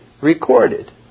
recorded